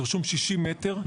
רשום 60 מטר.